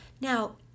Now